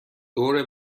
دور